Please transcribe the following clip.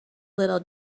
little